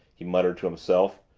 he murmured to himself.